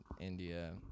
india